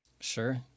Sure